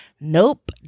nope